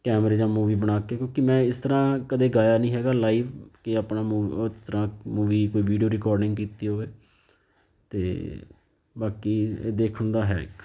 ਕੈਮਰੇ ਜਾਂ ਮੂਵੀ ਬਣਾ ਕੇ ਕਿਉਂਕਿ ਮੈਂ ਇਸ ਤਰ੍ਹਾਂ ਕਦੇ ਗਾਇਆ ਨਹੀਂ ਹੈਗਾ ਲਾਈਵ ਕਿ ਆਪਣਾ ਮੂ ਇਸ ਤਰ੍ਹਾਂ ਮੂਵੀ ਕੋਈ ਵੀਡੀਓ ਰਿਕੋਡਿੰਗ ਕੀਤੀ ਹੋਵੇ ਅਤੇ ਬਾਕੀ ਦੇਖਣ ਦਾ ਹੈ ਇੱਕ